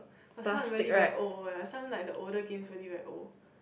but some are really very old eh some like the older games are really very old